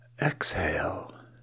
exhale